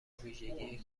ویژگی